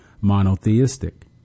monotheistic